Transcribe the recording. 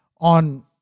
on